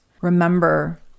remember